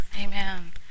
Amen